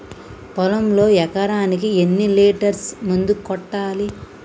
పొలంలో ఎకరాకి ఎన్ని లీటర్స్ మందు కొట్టాలి?